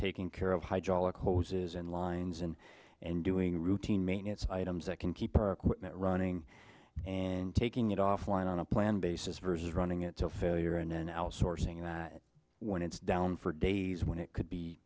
taking care of hydraulic hoses and lines and and doing routine maintenance items that can keep it running and taking it offline on a plan basis versus running it to failure and i'll sourcing it when it's down for days when it could be